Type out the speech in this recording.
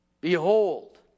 Behold